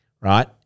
right